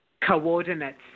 coordinates